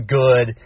good